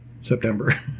September